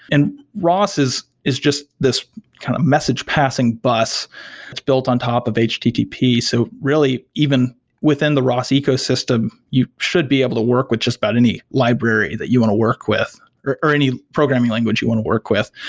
and ros is is just this kind of message passing bus built on top of a http. so really, even within the ros ecosystem, you should be able to work with just about any library that you want to work with, or any programming language you want to work with.